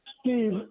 Steve